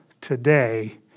today